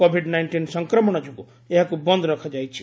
Covid nineteen ସଂକ୍ରମଣ ଯୋଗୁଁ ଏହାକୁ ବନ୍ଦ ରଖାଯାଇଛି